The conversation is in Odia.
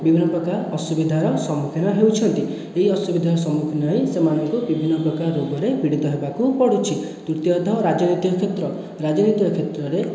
ବିଭିନ୍ନ ପ୍ରକାରର ଅସୁବିଧାର ସମ୍ମୁଖୀନ ହେଉଛନ୍ତି ଏହି ଅସୁବିଧାର ସମ୍ମୁଖୀନ ହୋଇ ସେମାନଙ୍କୁ ବିଭିନ୍ନ ପ୍ରକାର ରୋଗରେ ପୀଡ଼ିତ ହେବାକୁ ପଡ଼ୁଛି ତୃତୀୟତଃ ରାଜନୈତିକ କ୍ଷେତ୍ର ରାଜନୈତିକ କ୍ଷେତ୍ରରେ